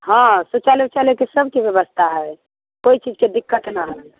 हँ शौचालय वौचालय सभके व्यवस्था है कोइ चीजके दिक्कत नहि है